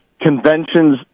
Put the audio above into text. conventions